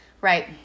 right